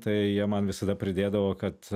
tai jie man visada pridėdavo kad